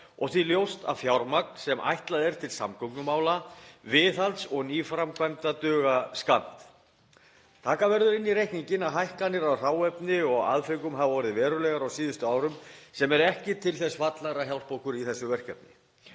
og því ljóst að fjármagn sem ætlað er til samgöngumála, viðhalds og nýframkvæmda dugir skammt. Taka verður inn í reikninginn að hækkanir á hráefni og aðföngum hafa orðið verulegar á síðustu árum sem eru ekki til þess fallnar að hjálpa okkur í þessu verkefni.